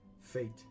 fate